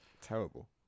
terrible